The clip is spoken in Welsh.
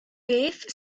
beth